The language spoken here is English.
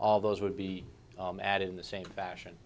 all those would be added in the same fashion